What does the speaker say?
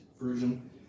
version